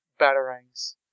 Batarangs